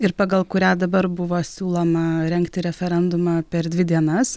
ir pagal kurią dabar buvo siūloma rengti referendumą per dvi dienas